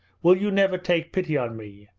will you never take pity on me?